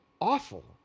awful